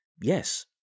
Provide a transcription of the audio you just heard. Yes